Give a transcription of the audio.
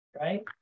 right